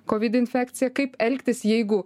kovid infekciją kaip elgtis jeigu